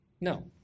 No